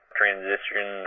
transition